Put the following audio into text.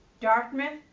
dartmouth